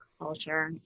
culture